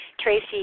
Tracy